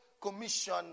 commission